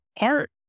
art